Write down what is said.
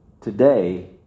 today